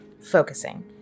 focusing